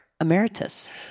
emeritus